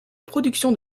production